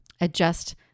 adjust